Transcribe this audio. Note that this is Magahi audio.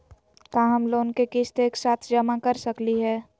का हम लोन के किस्त एक साथ जमा कर सकली हे?